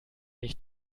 nicht